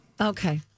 Okay